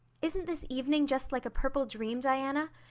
isn't this evening just like a purple dream, diana?